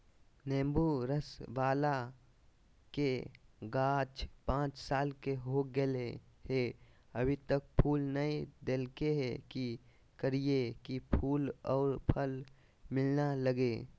नेंबू रस बाला के गाछ पांच साल के हो गेलै हैं अभी तक फूल नय देलके है, की करियय की फूल और फल मिलना लगे?